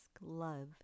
love